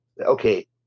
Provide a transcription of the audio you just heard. Okay